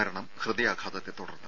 മരണം ഹൃദയാഘാതത്തെ തുടർന്ന്